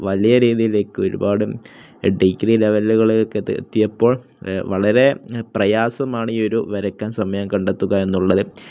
വലിയ രീതിയിലേക്ക് ഒരുപാട് ഡിഗ്രി ലെവലുകളൊക്കെ എത്തിയപ്പോൾ വളരെ പ്രയാസമാണ് ഈ ഒരു വരയ്ക്കാൻ സമയം കണ്ടെത്തുക എന്നുള്ളത്